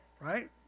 right